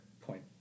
Point